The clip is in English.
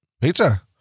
Pizza